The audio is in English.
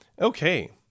Okay